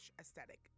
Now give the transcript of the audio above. Aesthetic